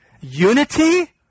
Unity